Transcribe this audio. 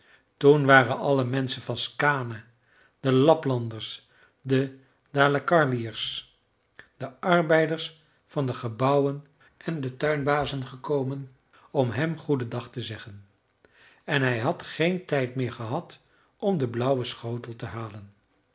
toen waren alle menschen van skaane de laplanders de dalecarliërs de arbeiders van de gebouwen en de tuinbazen gekomen om hem goeden dag te zeggen en hij had geen tijd meer gehad om den blauwen schotel te halen